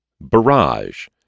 Barrage